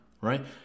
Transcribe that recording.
right